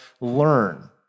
learn